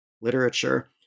literature